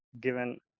given